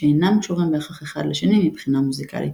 שאינם קשורים בהכרח אחד לשני מבחינה מוזיקלית.